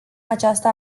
această